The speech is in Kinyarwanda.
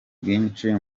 bwinshi